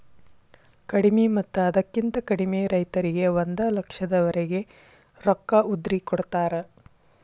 ಕಡಿಮಿ ಮತ್ತ ಅದಕ್ಕಿಂತ ಕಡಿಮೆ ರೈತರಿಗೆ ಒಂದ ಲಕ್ಷದವರೆಗೆ ರೊಕ್ಕ ಉದ್ರಿ ಕೊಡತಾರ